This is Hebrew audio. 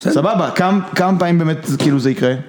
סבבה, כמה פעמים באמת כאילו זה יקרה?